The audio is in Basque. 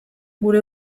gure